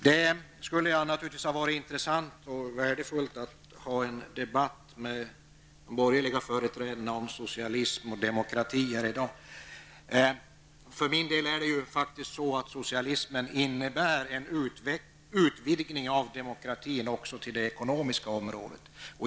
Det skulle naturligvis ha varit intressant och värdefullt att här i dag föra en debatt med de borgerliga företrädarna om socialism och demokrati. För mig innebär socialism en utvidgning av demokratin också till det ekonomiska området.